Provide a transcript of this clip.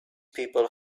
people